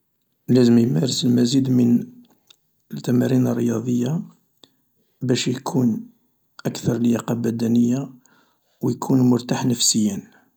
.لازم يمارس المزيد من التمارين الرياضية باش يكون أكثر لياقة .بدنية و يكون مرتاح نفسيا